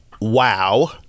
wow